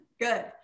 good